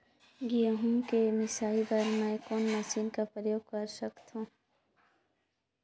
गहूं के मिसाई बर मै कोन मशीन कर प्रयोग कर सकधव?